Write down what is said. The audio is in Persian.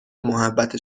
محبت